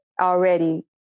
already